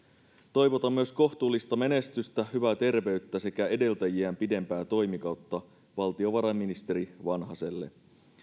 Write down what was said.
toivotan myös kohtuullista menestystä hyvää terveyttä sekä edeltäjiään pidempää toimikautta valtiovarainministeri vanhaselle